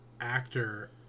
actor